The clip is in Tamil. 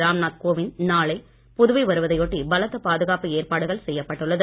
ராம்நாத் கோவிந்த் நாளை புதுவை வருவதையொட்டி பலத்த பாதுகாப்பு ஏற்பாடுகள் செய்யப்பட்டுள்ளது